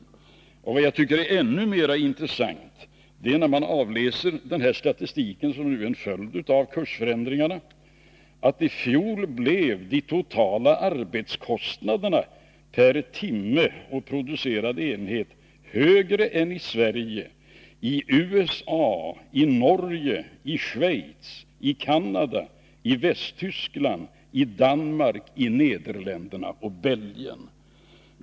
Och vad jag tycker är ännu mer intressant är — när man avläser denna statistik — att de totala arbetskostnaderna per timme och producerad enhet i fjol blev högre än i Sverige i USA, Norge, Schweiz, Canada, Västtyskland, Danmark, Nederländerna och Belgien.